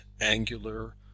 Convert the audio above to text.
angular